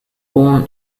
born